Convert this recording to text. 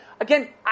Again